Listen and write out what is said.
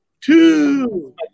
two